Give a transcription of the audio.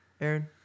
Aaron